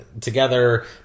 together